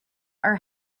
are